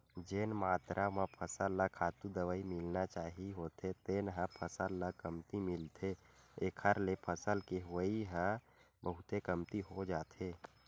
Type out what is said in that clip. जेन मातरा म फसल ल खातू, दवई मिलना चाही होथे तेन ह फसल ल कमती मिलथे एखर ले फसल के होवई ह बहुते कमती हो जाथे